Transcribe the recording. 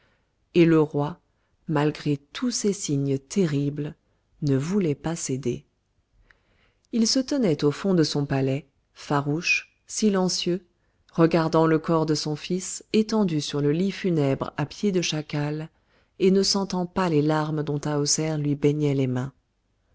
et le roi malgré tous ces signes terribles ne voulait pas céder il se tenait au fond de son palais farouche silencieux regardant le corps de son fils étendu sur le lit funèbre à pieds de chacal et ne sentant pas les larmes dont tahoser lui baignait les mains